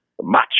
Macho